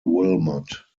wilmot